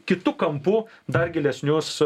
kitu kampu dar gilesnius